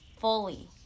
fully